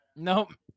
Nope